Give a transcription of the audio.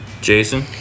Jason